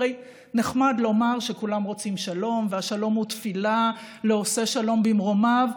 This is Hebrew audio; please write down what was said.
הרי נחמד לומר שכולם רוצים שלום והשלום הוא תפילה לעושה שלום במרומיו,